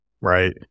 right